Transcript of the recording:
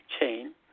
chain